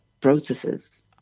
processes